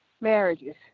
marriages